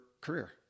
career